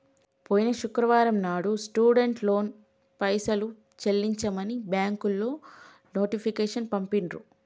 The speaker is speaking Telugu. పోయిన శుక్రవారం నాడు స్టూడెంట్ లోన్ పైసలు చెల్లించమని బ్యాంకులు నోటీసు పంపిండ్రు